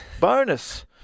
bonus